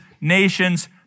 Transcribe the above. nations